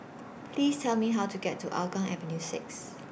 Please Tell Me How to get to Hougang Avenue six